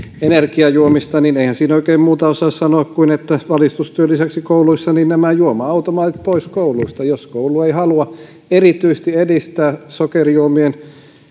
energiajuomista eihän siinä oikein muuta osaa sanoa kuin että valistustyön lisäksi nämä juoma automaatit pois kouluista jos koulu ei halua erityisesti edistää sokerijuomien